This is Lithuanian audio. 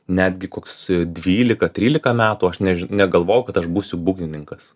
netgi koks dvylika trylika metų aš negalvojau kad aš būsiu būgnininkas